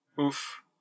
oof